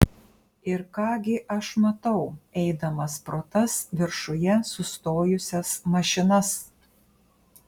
ir ką gi aš matau eidamas pro tas viršuje sustojusias mašinas